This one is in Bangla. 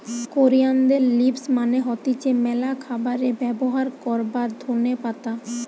কোরিয়ানদের লিভস মানে হতিছে ম্যালা খাবারে ব্যবহার করবার ধোনে পাতা